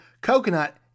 Coconut